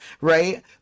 Right